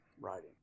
writing